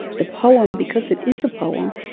the poem, because it is a poem,